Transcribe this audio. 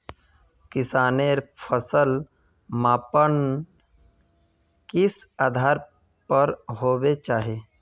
किसानेर फसल मापन किस आधार पर होबे चही?